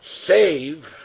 save